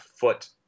foot